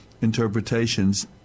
Interpretations